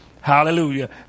Hallelujah